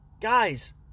guys